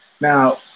Now